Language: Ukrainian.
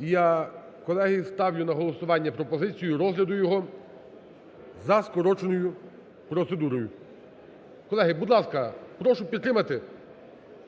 І я, колеги, ставлю на голосування пропозицію розгляду його за скороченою процедурою. Колеги, будь ласка, прошу підтримати